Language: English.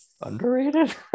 Underrated